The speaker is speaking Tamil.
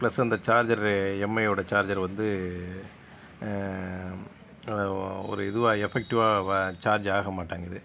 ப்ளஸ் அந்த சார்ஜரு எம்ஐயோடய சார்ஜர் வந்து ஒரு இதுவாக எஃபக்டிவாக சார்ஜ் ஆகமாட்டேங்குது